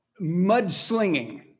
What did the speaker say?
mudslinging